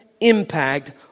impact